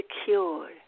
secure